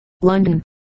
London